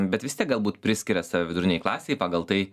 bet vis tiek galbūt priskiria save vidurinei klasei pagal tai